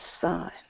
sun